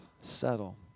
Settle